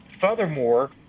Furthermore